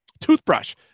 toothbrush